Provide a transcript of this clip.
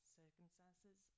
circumstances